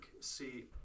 see